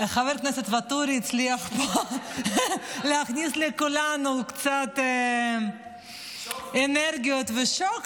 חבר הכנסת ואטורי הצליח להכניס לכולנו קצת אנרגיות ושוק,